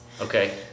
Okay